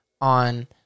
on